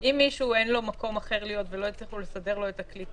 אם מישהו אין לו מקום אחר להיות ולא הצליחו לסדר לו את הקליטה.